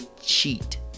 cheat